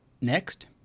Next